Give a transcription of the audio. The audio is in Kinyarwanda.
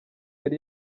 yari